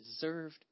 deserved